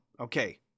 okay